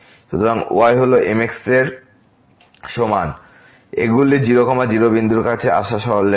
সুতরাং y হল mx এর সমান এগুলি 0 0 বিন্দুর কাছে আসা সরলরেখা